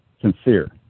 sincere